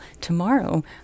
tomorrow